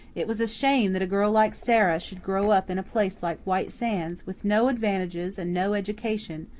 it was a shame that a girl like sara should grow up in a place like white sands, with no advantages and no education,